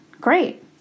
great